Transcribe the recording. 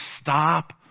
stop